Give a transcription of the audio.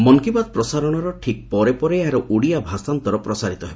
ମନ୍ କି ବାତ୍ ପ୍ରସାରଣର ଠିକ୍ ପରେ ପରେ ଏହାର ଓଡ଼ିଆ ଭାଷାନ୍ତର ପ୍ରସାରିତ ହେବ